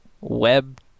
web